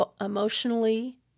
emotionally